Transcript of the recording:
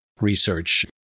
research